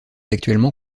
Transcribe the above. actuellement